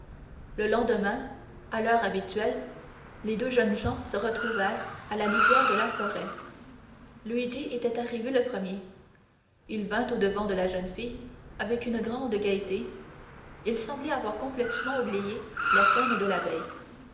le lendemain à l'heure habituelle les deux jeunes gens se retrouvèrent à la lisière de la forêt luigi était arrivé le premier il vint au-devant de la jeune fille avec une grande gaieté il semblait avoir complètement oublié la scène de la veille